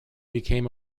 became